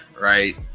right